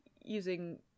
using